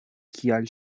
kial